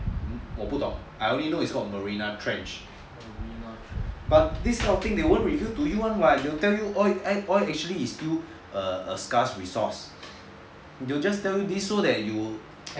我不懂 I only know it's not marina trench but this kind of thing they won't reveal to you [one] [what] they will tell you oh actually is due to a scarce resource they will just tell you this so that you